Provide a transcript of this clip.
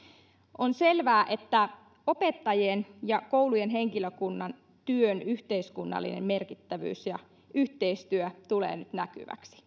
on selvää että opettajien ja koulujen henkilökunnan työn yhteiskunnallinen merkittävyys ja yhteistyö tulee nyt näkyväksi